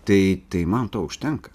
tai tai man to užtenka